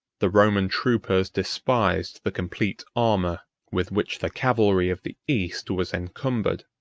the roman troopers despised the complete armor with which the cavalry of the east was encumbered.